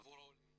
עבור העולים.